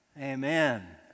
Amen